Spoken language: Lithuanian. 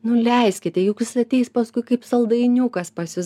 nu leiskite juk jis ateis paskui kaip saldainiukas pas jus